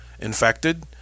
infected